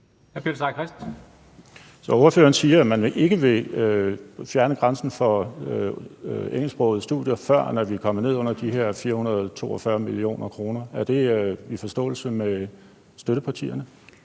Christensen (NB): Så ordføreren siger, at man ikke vil fjerne grænsen for engelsksprogede studier, førend vi er kommet ned under de her 442 mio. kr. Er det i forståelse med støttepartierne?